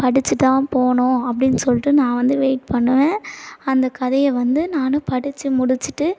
படிச்சுட்டுதான் போகணும் அப்படின்னு சொல்லிட்டு நான் வந்து வெய்ட் பண்ணுவேன் அந்த கதையை வந்து நான் படிச்சு முடிச்சுட்டு